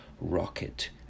Rocket